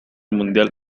mundial